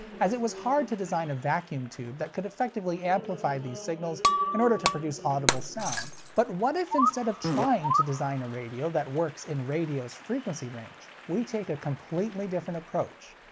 as it was hard to design a vacuum tube that could effectively amplify these signals in order to produce audible sound. but what if instead of trying to design a radio that works in radio's frequency range, we take a completely different approach?